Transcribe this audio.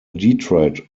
detroit